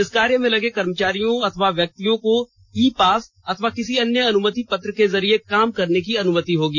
इस कार्य में लगे कर्मचारियों अथवा व्यक्तियों को ई पास अथवा किसी अन्य अनुमति पत्र के जरिए काम करने की अनुमति होगी